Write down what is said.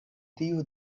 tiu